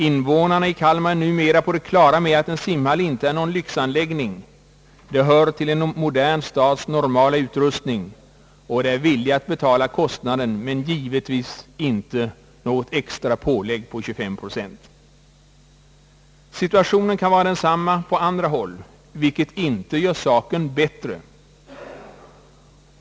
Invånarna i Kalmar är numera på det klara med att en simhall inte är någon lyxanläggning, den hör till en modern stads normala utrustning, och de är villiga att betala kostnaden men givetvis inte något extra pålägg på 25 procent. Situationen kan vara densamma på andra håll, vilket inte gör saken bättre.